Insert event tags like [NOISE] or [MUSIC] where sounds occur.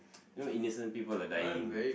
[NOISE] you know innocent people are dying